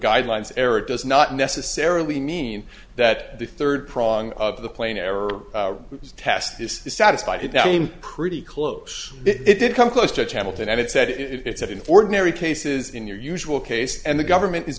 guidelines era does not necessarily mean that the third prong of the plain error test is satisfied now came pretty close it did come close touch hamilton and it said it said in ordinary cases in your usual case and the government is